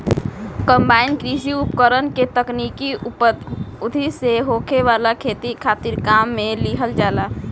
combine कृषि उपकरण के तकनीकी पद्धति से होखे वाला खेती खातिर काम में लिहल जाला